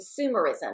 consumerism